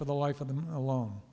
for the life of them alon